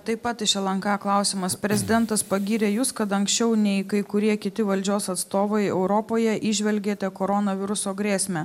taip pat iš lnk klausimas prezidentas pagyrė jus kad anksčiau nei kai kurie kiti valdžios atstovai europoje įžvelgėte koronaviruso grėsmę